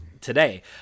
today